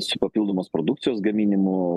su papildomos produkcijos gaminimu